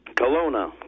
Kelowna